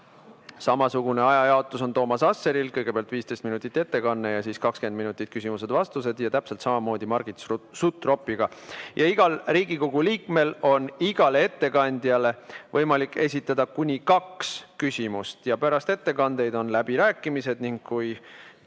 Samasugune ajajaotus on Toomas Asseril: kõigepealt 15 minutit ettekanne ja siis 20 minutit küsimused-vastused. Ja täpselt samamoodi on Margit Sutropil. Igal Riigikogu liikmel on igale ettekandjale võimalik esitada kuni kaks küsimust ja pärast ettekandeid on läbirääkimised. Kui